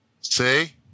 See